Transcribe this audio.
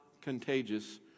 contagious